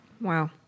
Wow